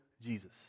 Jesus